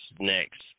next